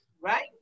right